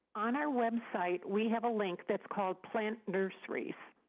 on our website we have a link that's called plant nurseries.